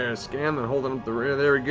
ah scanlan holding up the rear,